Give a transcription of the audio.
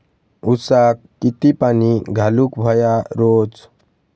ऊसाक किती पाणी घालूक व्हया रोज?